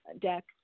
deck